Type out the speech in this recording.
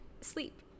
sleep